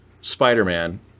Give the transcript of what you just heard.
Spider-Man